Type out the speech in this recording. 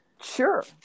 Sure